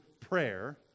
prayer